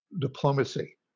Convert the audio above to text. diplomacy